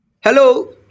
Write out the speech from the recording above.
Hello